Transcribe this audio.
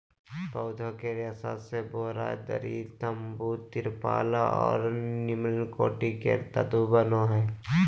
पौधे के रेशा से बोरा, दरी, तम्बू, तिरपाल और निम्नकोटि के तत्व बनो हइ